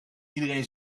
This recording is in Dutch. iedereen